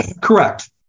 correct